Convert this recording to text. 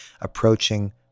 approaching